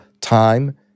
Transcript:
time